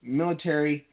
military